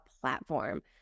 platform